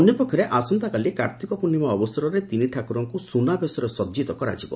ଅନ୍ୟ ପକ୍ଷରେ ଆସନ୍ତାକାଲି କାର୍ତ୍ତିକ ପୂର୍ଣ୍ଡିମା ଅବସରରେ ତିନି ଠାକୁରଙ୍ଙୁ ସୁନାବେଶରେ ସଜିତ କରାଯିବ